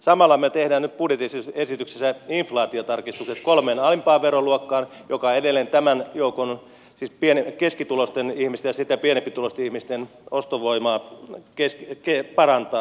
samalla me teemme nyt budjettiesityksessä inflaatiotarkistukset kolmeen alimpaan veroluokkaan mikä edelleen tämän joukon siis keskituloisten ihmisten ja sitä pienempituloisten ihmisten ostovoimaa parantaa